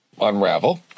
unravel